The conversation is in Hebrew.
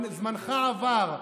זמנך עבר,